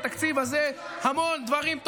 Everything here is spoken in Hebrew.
אין ארוחות חינם.